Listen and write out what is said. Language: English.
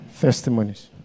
testimonies